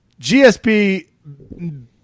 gsp